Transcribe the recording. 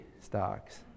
stocks